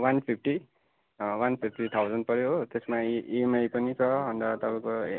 one fifty one fifty thousand पऱ्यो हो त्यसमा इएमआई पनि छ अन्त तपाईँको ए